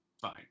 fine